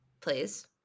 Please